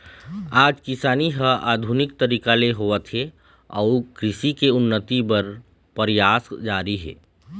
आज किसानी ह आधुनिक तरीका ले होवत हे अउ कृषि के उन्नति बर परयास जारी हे